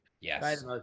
yes